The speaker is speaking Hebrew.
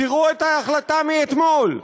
תראו את ההחלטה מאתמול: